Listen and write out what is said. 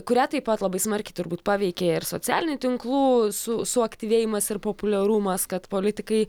kurią taip pat labai smarkiai turbūt paveikė ir socialinių tinklų su suaktyvėjimas ir populiarumas kad politikai